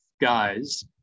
guys